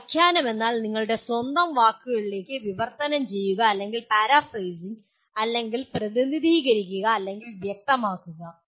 വ്യാഖ്യാനം എന്നാൽ നിങ്ങളുടെ സ്വന്തം വാക്കുകളിലേക്ക് വിവർത്തനം ചെയ്യുക അല്ലെങ്കിൽ പരാഫ്രേസിംഗ് അല്ലെങ്കിൽ പ്രതിനിധീകരിക്കുക അല്ലെങ്കിൽ വ്യക്തമാക്കുക